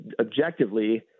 objectively